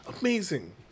Amazing